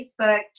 Facebook